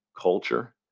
culture